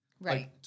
Right